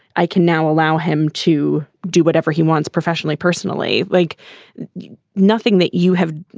i can now allow him to do whatever he wants professionally, personally, like nothing that you have.